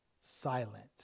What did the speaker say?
silent